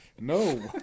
No